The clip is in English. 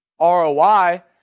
ROI